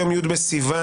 היום י' בסיוון,